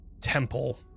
temple